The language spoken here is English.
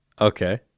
Okay